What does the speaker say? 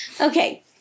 Okay